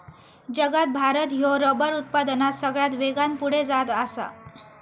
जगात भारत ह्यो रबर उत्पादनात सगळ्यात वेगान पुढे जात आसा